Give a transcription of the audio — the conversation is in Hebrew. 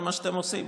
זה מה שאתם עושים.